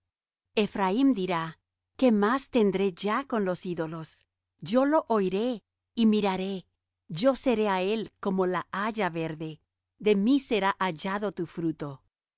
ephraim dirá qué más tendré ya con los ídolos yo lo oiré y miraré yo seré á él como la haya verde de mí será hallado tu fruto